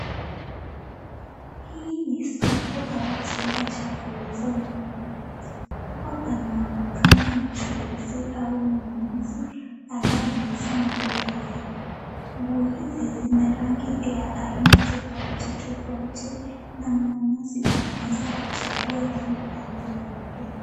Hii ni soko au chumba cha kuuza nguo, hapa panaonekana mchuuzi au mnunuzi anayeuza nguo hizi. Nguo hizi zina rangi ya aina tofauti tofauti na mnunuzi anaweza kuchagua rangi anayoipenda.